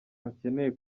akeneye